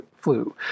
flu